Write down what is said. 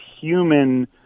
human